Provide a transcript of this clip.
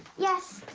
yes,